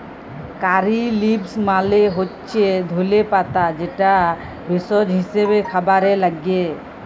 কারী leaves মালে হচ্যে ধলে পাতা যেটা ভেষজ হিসেবে খাবারে লাগ্যে